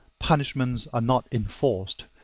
punishments are not enforced,